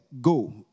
go